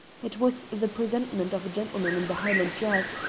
it was the presentment of a gentleman in the highland dress,